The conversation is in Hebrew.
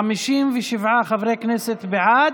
57 חברי כנסת בעד,